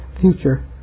future